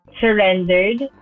surrendered